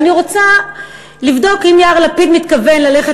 אני רוצה לבדוק אם יאיר לפיד מתכוון ללכת